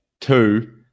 two